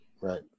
Right